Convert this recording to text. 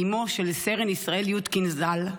אימו של סרן ישראל יודקין ז"ל,